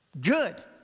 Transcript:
good